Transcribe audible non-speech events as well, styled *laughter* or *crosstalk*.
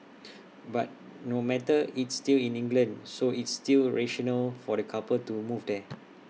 *noise* but no matter it's still in England so it's still rational for the couple to move there